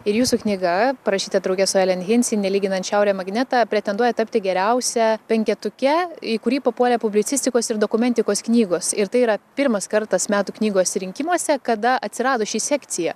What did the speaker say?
ir jūsų knyga parašyta drauge su elen hinsi nelyginant šiaurė magnetą pretenduoja tapti geriausia penketuke į kurį papuolė publicistikos ir dokumentikos knygos ir tai yra pirmas kartas metų knygos rinkimuose kada atsirado ši sekcija